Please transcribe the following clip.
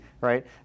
right